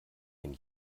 wenn